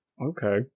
Okay